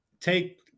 take